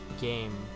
game